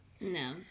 No